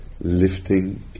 lifting